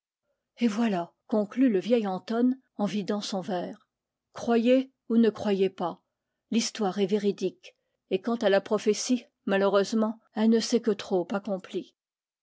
et voilà conclut le vieil antôn en vidant son verre croyez ou ne croyez pas l'histoire est véridique et quant à la pro phétie malheureusement elle ne s'est que trop accomplie